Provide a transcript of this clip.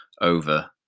over